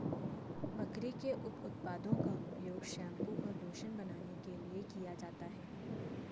बकरी के उप उत्पादों का उपयोग शैंपू और लोशन बनाने के लिए किया जाता है